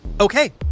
Okay